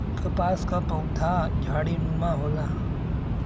कपास क पउधा झाड़ीनुमा होला